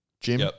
Jim